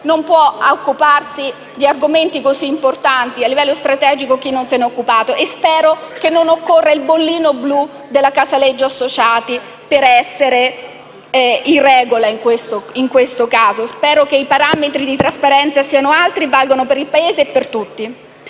Non può occuparsi di argomenti così importanti a livello strategico chi non lo ha fatto e spero che non occorra il bollino blu della Casaleggio Associati per essere in regola in questo caso. Spero che i parametri di trasparenza siano altri e valgano per il Paese e per tutti.